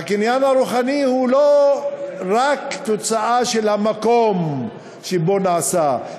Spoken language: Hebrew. הקניין הרוחני הוא לא רק תוצאה של המקום שבו נעשה.